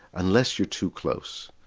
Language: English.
unless you're too close,